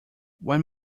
when